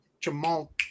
Jamal